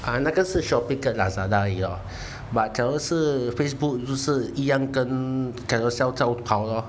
啊那个是 Shopee 跟 Lazada 而已啊 but 假如是 Facebook 就是一样跟 Carousell 照跑咯